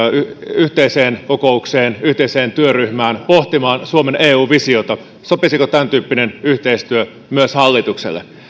yhteiseen kokoukseen yhteiseen työryhmään pohtimaan suomen eu visiota sopisiko tämäntyyppinen yhteistyö myös hallitukselle